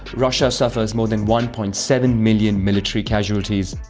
russia suffers more than one point seven million military casualties.